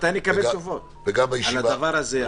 מתי נקבל תשובות על הדבר הזה?